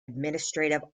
administrative